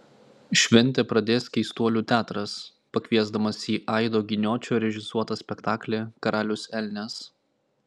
šventę pradės keistuolių teatras pakviesdamas į aido giniočio režisuotą spektaklį karalius elnias